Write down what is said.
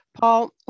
Paul